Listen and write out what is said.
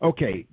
Okay